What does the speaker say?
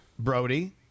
Brody